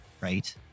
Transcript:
Right